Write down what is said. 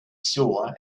saw